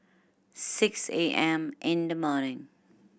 six A M in the morning